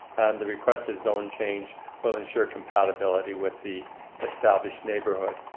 the requested zone change will ensure compatibility with the established neighborhood.